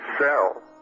sell